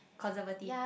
conservative